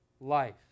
life